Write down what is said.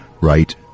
right